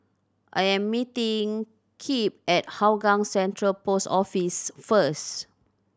I am meeting Kip at Hougang Central Post Office first